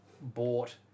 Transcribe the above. bought